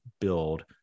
build